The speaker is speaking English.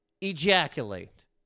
ejaculate